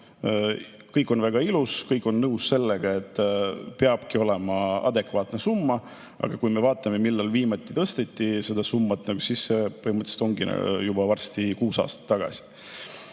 kõik on väga ilus, kõik on nõus sellega, et peabki olema adekvaatne summa, aga kui me vaatame, millal viimati tõsteti seda summat, siis põhimõtteliselt oligi see juba varsti kuus aastat tagasi. Ja